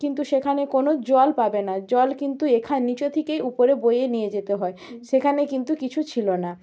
কিন্তু সেখানে কোনও জল পাবে না জল কিন্তু এখান নিচে থেকেই উপরে বয়ে নিয়ে যেতে হয় সেখানে কিন্তু কিছু ছিল না